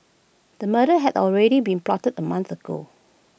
the murder had already been plotted A month ago